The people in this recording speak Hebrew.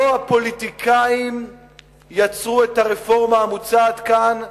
לא הפוליטיקאים יצרו את הרפורמה המוצעת כאן,